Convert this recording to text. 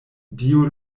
dio